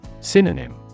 Synonym